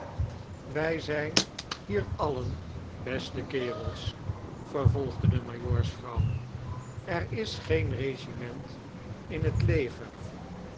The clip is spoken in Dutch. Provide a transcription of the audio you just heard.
wij zijn hier alien bestc kcrels vcrvolgdc de majoorsvrouw er is geen regiment in het leger